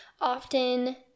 Often